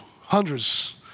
hundreds